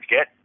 Get